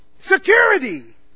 Security